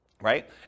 Right